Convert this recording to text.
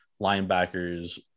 linebackers